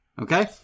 Okay